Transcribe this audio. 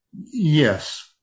yes